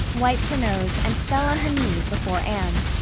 wiped her nose, and fell on her knees before anne.